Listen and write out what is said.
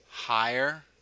higher